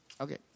okay